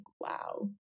wow